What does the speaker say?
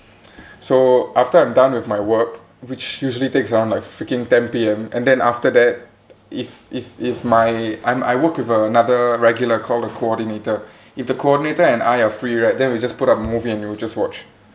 so after I'm done with my work which usually takes around like freaking ten P_M and then after that if if if my I'm I work with another regular called a coordinator if the coordinator and I are free right then we just put up movie and we'll just watch